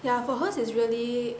ya for hers is really